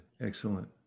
excellent